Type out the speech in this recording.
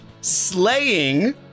Slaying